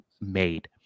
made